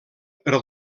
per